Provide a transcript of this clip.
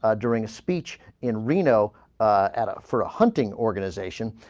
ah during a speech in reno ah. add up for a hunting organization